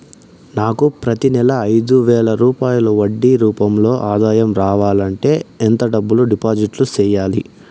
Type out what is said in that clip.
నాకు ప్రతి నెల ఐదు వేల రూపాయలు వడ్డీ రూపం లో ఆదాయం రావాలంటే ఎంత డబ్బులు డిపాజిట్లు సెయ్యాలి?